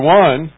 one